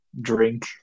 Drink